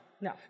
no